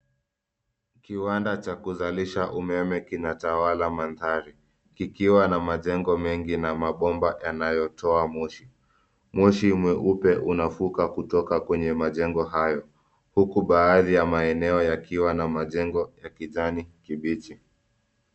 Kiwanda cha kuzalisha umeme kinatawala mandhari kikiwa na majengo mengi na mabomba yanayotoa moshi. Moshi mweupe unafuka kutoka kwenye majengo hayo huku baadhi ya maeneo yakiwa na majengo ya kijani kibichi.